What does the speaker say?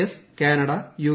S Canada U